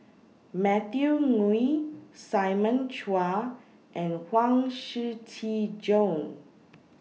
Matthew Ngui Simon Chua and Huang Shiqi Joan